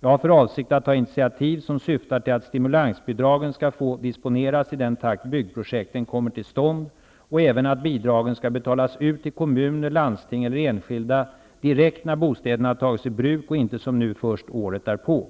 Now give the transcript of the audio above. Jag har för avsikt att ta initiativ som syftar till att stimulansbidragen skall få disponeras i den takt byggprojekten kommer till stånd och även att bidragen skall betalas ut till kommuner, landsting eller enskilda direkt när bostäderna tagits i bruk och inte som nu först året därpå.